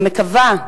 אני מקווה,